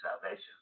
salvation